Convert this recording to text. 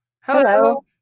Hello